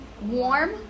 warm